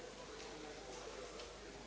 Hvala vam